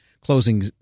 closing